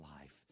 life